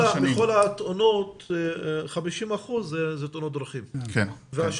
מכלל התאונות הן תאונות דרכים וכל